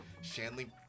Shanley